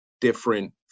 different